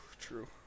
true